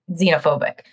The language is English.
xenophobic